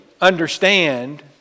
understand